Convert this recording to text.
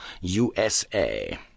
USA